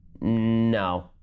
no